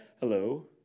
Hello